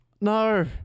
no